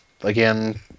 Again